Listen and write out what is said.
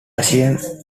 russian